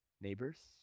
neighbors